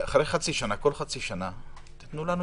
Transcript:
כל חצי שנה דוח.